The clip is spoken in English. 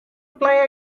play